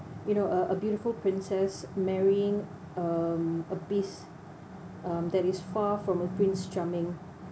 you know uh a beautiful princess marrying um a beast um that is far from a prince charming